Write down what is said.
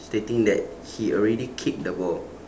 stating that he already kicked the ball